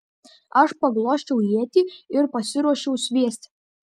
aš paglosčiau ietį ir pasiruošiau sviesti